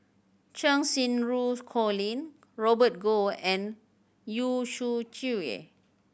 Cheng Xinru Colin Robert Goh and Yu Zhuye